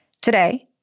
Today